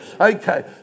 okay